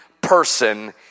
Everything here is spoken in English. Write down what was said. person